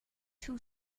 two